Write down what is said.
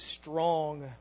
strong